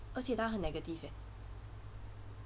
而且他很 negative eh